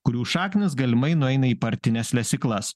kurių šaknys galimai nueina į partines lesyklas